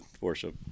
worship